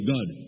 God